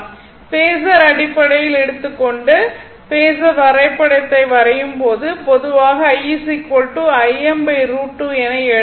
phasor அடிப்படையில் எடுத்துக் கொண்டு பேஸர் வரைபடத்தை வரையும் போது பொதுவாக i Im √2 என எழுதலாம்